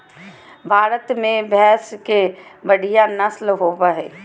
भारत में भैंस के बढ़िया नस्ल होबो हइ